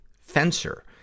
fencer